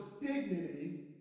dignity